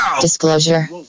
Disclosure